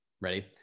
Ready